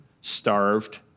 starved